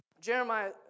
Jeremiah